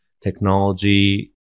technology